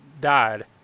died